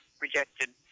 rejected